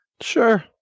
Sure